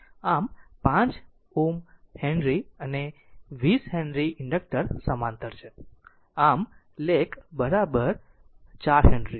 આમ 5 Ω હેનરી અને 20 henry inductor સમાંતર છે આમ લેક 4 હેનરી